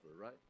right